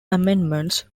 amendments